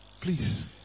please